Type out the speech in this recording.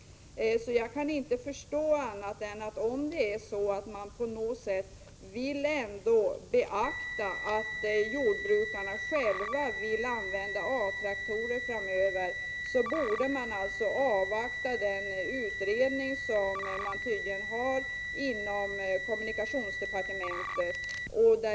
Jag kan inte förstå annat än att om man på något sätt vill beakta det faktum att jordbrukarna själva vill använda A-traktorer framöver, borde man alltså avvakta den utredning som tydligen pågår inom kommunikationsdepartementet.